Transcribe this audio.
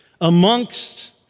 amongst